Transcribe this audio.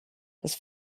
das